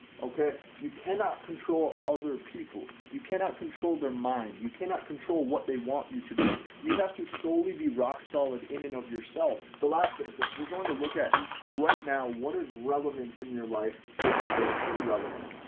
okay? you cannot control other people, you cannot control their mind you cannot control what they want you to be you have to solely be rock solid in and of yourself. the last bit of this we're going to look at right now what is relevant in your life versus what is irrelevant.